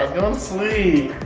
sleep.